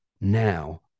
now